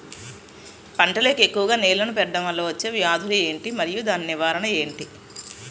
పంటలకు ఎక్కువుగా నీళ్లను పెట్టడం వలన వచ్చే వ్యాధులు ఏంటి? మరియు దాని నివారణ ఏంటి?